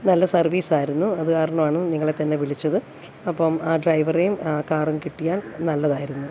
നല്ല സർവീസായിരുന്നു അത് കാരണമാണ് നിങ്ങളെത്തന്നെ വിളിച്ചത് അപ്പം ആ ഡ്രൈവറേയും ആ കാറും കിട്ടിയാൽ നല്ലതായിരുന്നു